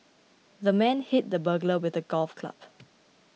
the man hit the burglar with a golf club